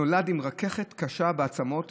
נולד עם רככת קשה בעצמות,